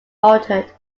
altered